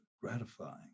gratifying